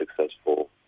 successful